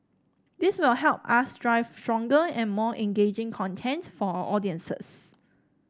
this will help us drive stronger and more engaging content for our audiences